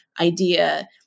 idea